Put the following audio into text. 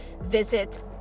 Visit